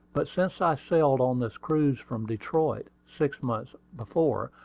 but since i sailed on this cruise from detroit, six months before,